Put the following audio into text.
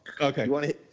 Okay